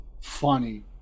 funny